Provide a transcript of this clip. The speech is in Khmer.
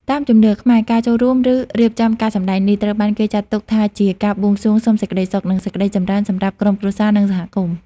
តាមជំនឿខ្មែរ ការចូលរួម ឬរៀបចំការសម្តែងនេះ ត្រូវបានគេចាត់ទុកថាជាការបួងសួងសុំសេចក្តីសុខ និងសេចក្តីចម្រើនសម្រាប់ក្រុមគ្រួសារ និងសហគមន៍។